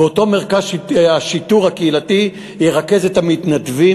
ואותו מרכז שיטור קהילתי ירכז את המתנדבים,